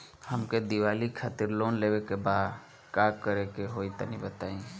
हमके दीवाली खातिर लोन लेवे के बा का करे के होई तनि बताई?